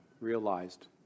realized